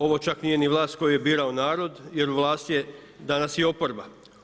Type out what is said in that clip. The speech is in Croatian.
Ovo čak nije ni vlast koju je birao narod jer vlast je danas i oporba.